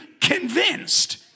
convinced